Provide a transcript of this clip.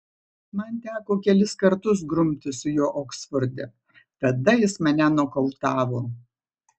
man teko kelis kartus grumtis su juo oksforde tada jis mane nokautavo